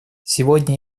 сегодня